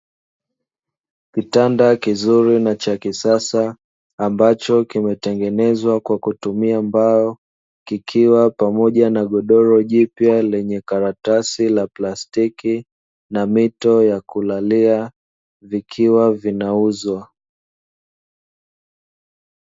Kitanda kizuri na cha kisasa, ambacho kimetengenezwa kwa kutumia mbao, kikiwa pamoja na godoro jipya lenye karatasi la plastiki na mito ya kulalia, vikiwa vinauzwa.